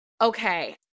Okay